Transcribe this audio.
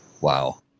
Wow